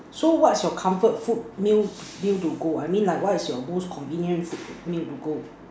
so what's your comfort food meal meal to go I mean like what is your most convenient food meal to go